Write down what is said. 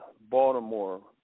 Baltimore